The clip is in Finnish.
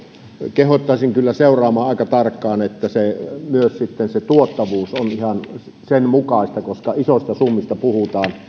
kehottaisin kyllä seuraamaan aika tarkkaan että myös sitten tuottavuus on ihan sen mukaista koska isoista summista puhutaan